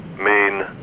main